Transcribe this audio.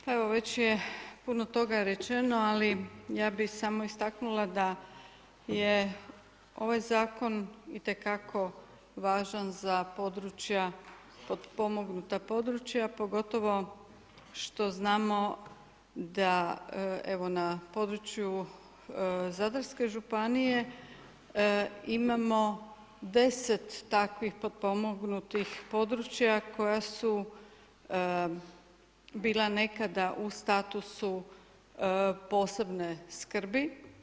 Pa evo, već je puno toga rečeno ali ja bih samo istaknula da je ovaj zakon itekako važan za područja, potpomognuta područja pogotovo što znamo da evo na području Zadarske županije imamo 10 takvih potpomognutih područja koja su bila nekada u statusu posebne skrbi.